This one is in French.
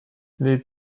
les